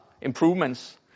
improvements